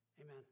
Amen